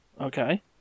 okay